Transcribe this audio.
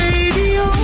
Radio